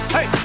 Hey